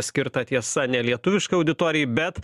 skirta tiesa ne lietuviškai auditorijai bet